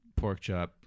Porkchop